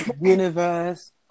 universe